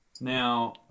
now